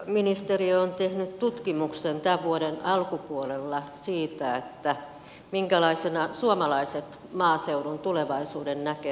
elinkeinoministeriö on tehnyt tutkimuksen tämän vuoden alkupuolella siitä minkälaisena suomalaiset maaseudun tulevaisuuden näkevät